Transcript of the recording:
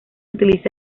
utiliza